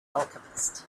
alchemist